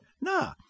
nah